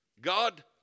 God